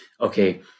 okay